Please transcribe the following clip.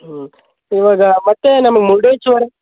ಹ್ಞೂ ಇವಾಗ ಮತ್ತೆ ನಮ್ಗೆ ಮುರುಡೇಶ್ವರ